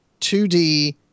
2D